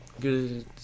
good